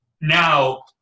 Now